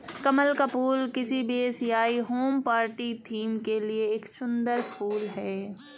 कमल का फूल किसी भी एशियाई होम पार्टी थीम के लिए एक सुंदर फुल है